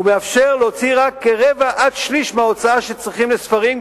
הוא מאפשר להוציא רק כרבע עד שליש מההוצאה שצריכים לספרים,